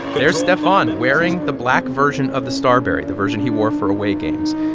there's stephon wearing the black version of the starbury, the version he wore for away games.